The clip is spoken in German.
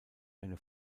eine